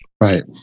Right